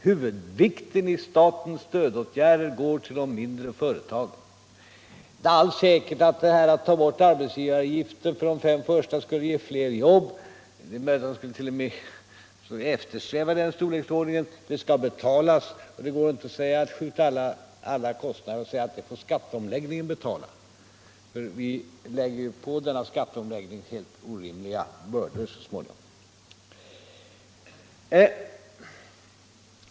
Huvuddelen av statens stödåtgärder går till de mindre företagen. Det är inte alls säkert att detta att ta bort arbetsgivaravgiften för de fem först anställda skulle ge fler jobb. Det är t.o.m. möjligt att man då skulle eftersträva den storleksordningen. Det skall betalas och det går inte att skjuta över alla kostnader och säga att det får skatteomläggningen betala, för vi staplar ju så småningom orimliga bördor på denna skatteomläggning.